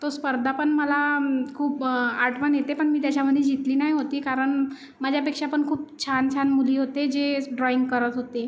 तो स्पर्धा पण मला खूप आठवण येते पण मी त्याच्यामध्ये जिंकली नाही होती कारण माझ्यापेक्षा पण खूप छान छान मुली होते जे ड्रॉइंग करत होते